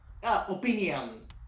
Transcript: opinion